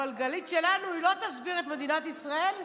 אבל גלית שלנו לא תסביר את מדינת ישראל,